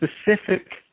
specific